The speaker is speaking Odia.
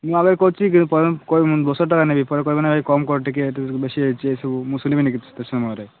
ମୁଁ ଏବେ କହୁଛି କିନ୍ତୁ ପରେ କହିବନି ଦଶ ହଜାରେ ଟଙ୍କା ନେବି ପରେ କହିବନି କମ୍ କର ଟିକେ ହେଇଠୁ ବେଶି ହୋଇଛି ଏଇ ସବୁ ମୁଁ ଶୁନିବିନି କିଛି ସେ ସମୟରେ